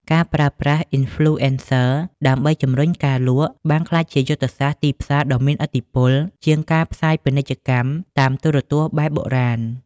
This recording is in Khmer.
ការប្រើប្រាស់ "Influencers" ដើម្បីជម្រុញការលក់ បានក្លាយជាយុទ្ធសាស្ត្រទីផ្សារដ៏មានឥទ្ធិពលជាងការផ្សាយពាណិជ្ជកម្មតាមទូរទស្សន៍បែបបុរាណ។